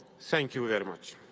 thank you very much.